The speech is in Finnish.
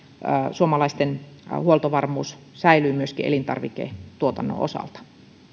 suomalaisten huoltovarmuus säilyy myöskin elintarviketuotannon osalta